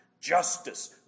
justice